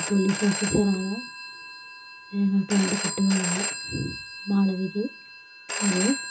police ഓഫീസറാണ് ഞങ്ങൾക്ക് രണ്ട് കുട്ടികളുണ്ട് മാളവികയും അനുവും